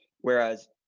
Whereas